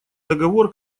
договор